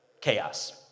chaos